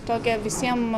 tokią visiem